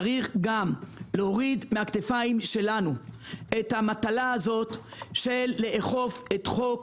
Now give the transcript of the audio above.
צריך גם להוריד מהכתפיים שלנו את המטלה הזאת של לאכוף את חוק